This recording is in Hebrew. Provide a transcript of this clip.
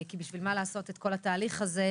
כי בשביל מה לעשות את כל התהליך הזה,